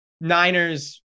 Niners